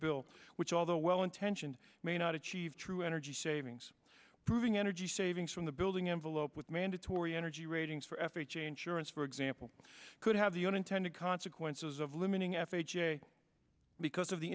bill which although well intentioned may not achieve true energy savings proving energy savings from the building envelope with mandatory energy ratings for f h a insurance for example could have the unintended consequences of limiting f h a because of the